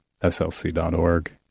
slc.org